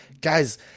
Guys